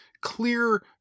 clear